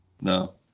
No